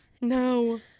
No